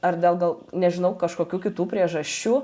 ar dėl gal nežinau kažkokių kitų priežasčių